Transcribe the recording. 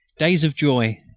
days of joy,